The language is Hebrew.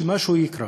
שמשהו יקרה.